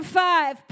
five